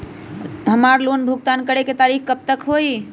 हमार लोन भुगतान करे के तारीख कब तक के हई?